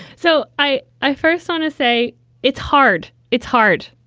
so i i first want to say it's hard it's hard.